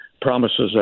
promises